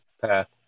path